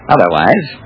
Otherwise